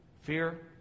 Fear